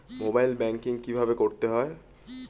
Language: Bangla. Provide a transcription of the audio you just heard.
মোবাইল ব্যাঙ্কিং কীভাবে করতে হয়?